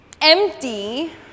empty